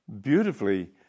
beautifully